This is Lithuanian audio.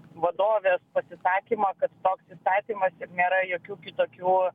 vadovės pasisakymą kad toks įstatymas ir nėra jokių kitokių